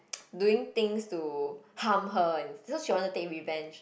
doing things to harm her and because she want to take revenge